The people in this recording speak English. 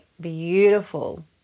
beautiful